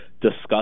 discuss